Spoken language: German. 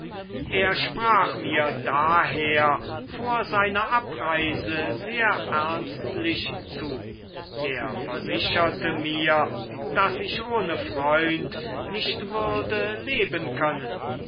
er sprach mir daher vor seiner abreise sehr ernstlich zu er versicherte mir daß ich ohne freund nicht würde leben können